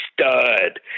stud